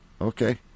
Okay